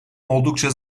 oldukça